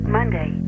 Monday